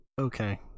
okay